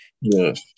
Yes